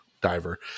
diver